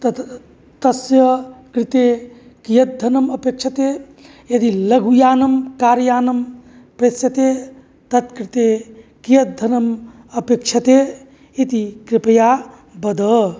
तत् तस्य कृते कियत् धनम् अपेक्ष्यते यदि लघुयानं कार्यानं प्रेष्यते तत्कृते कियत् धनम् अपेक्ष्यते इति कृपया वद